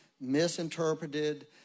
misinterpreted